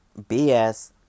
BS